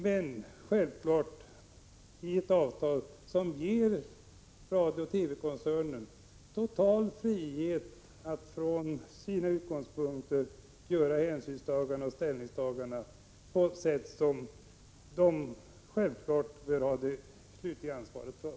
Men det är ett avtal som självklart ger Sveriges Radio-koncernen frihet att från sina utgångspunkter ta hänsyn och ställning på ett sätt som man själv bör ha det slutliga ansvaret för.